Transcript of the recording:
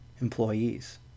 employees